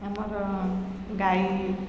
ଆମର ଗାଈ